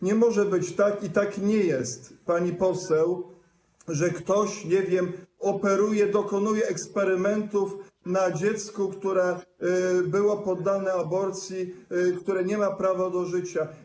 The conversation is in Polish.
Nie może być tak, i tak nie jest, pani poseł, że ktoś operuje, dokonuje eksperymentów na dziecku, które było poddane aborcji, które nie ma prawa do życia.